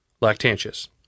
Lactantius